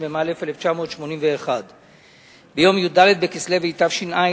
התשמ"א 1981. ביום י"ד בכסלו התש"ע,